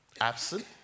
absent